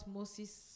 Moses